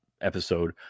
episode